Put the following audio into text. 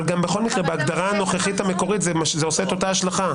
אבל בכל מקרה בהגדרה הנוכחית המקורית זה עושה את אותה השלכה.